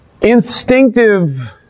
instinctive